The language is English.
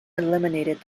eliminated